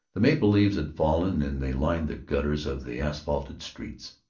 the maple leaves had fallen and they lined the gutters of the asphalted streets.